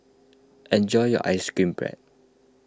enjoy your Ice Cream Bread